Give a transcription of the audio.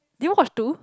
Nemo got two